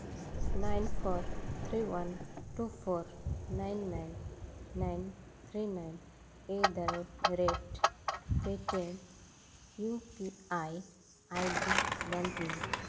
nine four three one two four nine nine nine three nine at the rate Paytm U P I ID ᱵᱚᱱᱫ ᱢᱮ